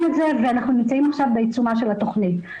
את זה ואנחנו נמצאים עכשיו בעיצומה של התכנית.